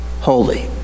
holy